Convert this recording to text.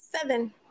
Seven